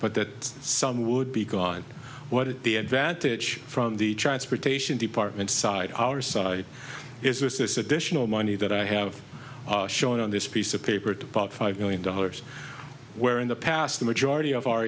but that some would be god what is the advantage from the transportation department side our side is this additional money that i have shown on this piece of paper to pot five million dollars where in the past the majority of our